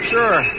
Sure